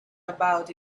about